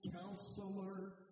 Counselor